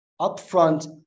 upfront